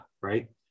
right